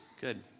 Good